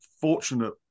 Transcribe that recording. fortunate